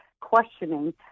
questioning